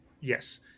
Yes